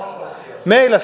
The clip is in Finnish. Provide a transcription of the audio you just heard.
meillä